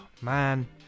Man